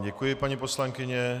Děkuji vám, paní poslankyně.